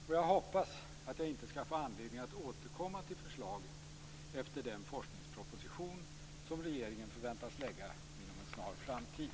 Och jag hoppas att jag inte skall få anledning till att återkomma till förslaget efter den forskningsproposition som regeringen förväntas lägga fram inom en snar framtid.